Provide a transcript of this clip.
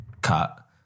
cut